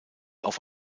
auf